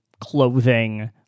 clothing